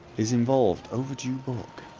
is involved overdue book